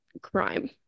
crime